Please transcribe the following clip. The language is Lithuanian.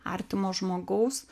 artimo žmogaus